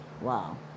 Wow